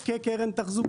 כקרן תחזוקה.